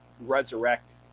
resurrect